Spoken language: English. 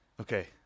Okay